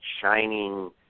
shining